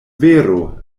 vero